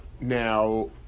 Now